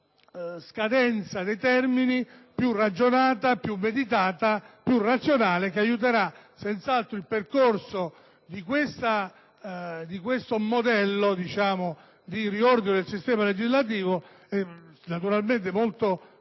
una scadenza dei termini più ragionata, più meditata, più razionale che aiuterà senz'altro il percorso di questo modello di riordino del sistema legislativo molto drastico,